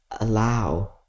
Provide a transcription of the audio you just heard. allow